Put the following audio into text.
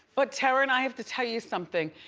but taryn, i have to tell you something,